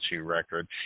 record